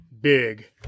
Big